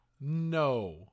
No